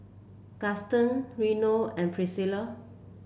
Gaston Reno and Priscilla